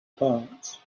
parts